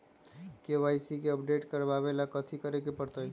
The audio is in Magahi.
के.वाई.सी के अपडेट करवावेला कथि करें के परतई?